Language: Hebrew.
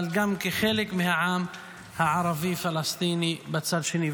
אבל גם כחלק מהעם הערבי-פלסטיני מצד שני.